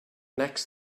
next